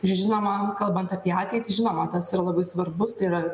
ir žinoma kalbant apie ateitį žinoma tas yra labai svarbus tai yra